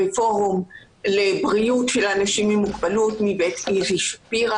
בפורום לבריאות של אנשים עם מוגבלות מבית איזי שפירא.